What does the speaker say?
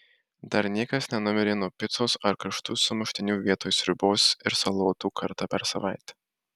dar niekas nenumirė nuo picos ar karštų sumuštinių vietoj sriubos ir salotų kartą per savaitę